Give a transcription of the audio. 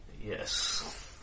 yes